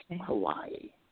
Hawaii